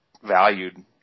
valued